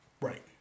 right